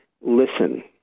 listen